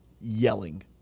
yelling